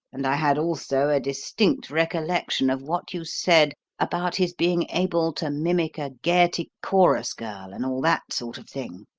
and i had also a distinct recollection of what you said about his being able to mimic a gaiety chorus-girl and all that sort of thing,